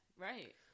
right